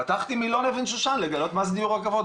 פתחתי מילון אבן שושן לגלות מה זה דיור רכבות,